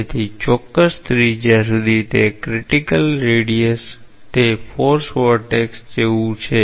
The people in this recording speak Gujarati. તેથી ચોક્કસ ત્રિજ્યા સુધી તે ક્રિટિકલ રેડિયસ તે ફોર્સ વોર્ટેક્સ જેવું છે